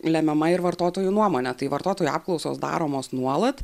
lemiama ir vartotojų nuomone tai vartotojų apklausos daromos nuolat